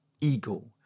eagle